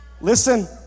Listen